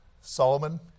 Solomon